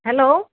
hello